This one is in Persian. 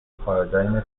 پارادایم